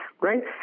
right